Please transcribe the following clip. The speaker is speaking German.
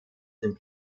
dem